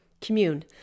Commune